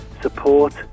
support